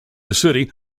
city